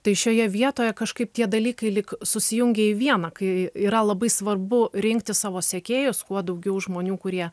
tai šioje vietoje kažkaip tie dalykai lyg susijungia į vieną kai yra labai svarbu rinkti savo sekėjus kuo daugiau žmonių kurie